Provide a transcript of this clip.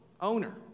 owner